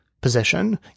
position